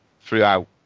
throughout